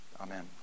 amen